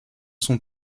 son